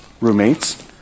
roommates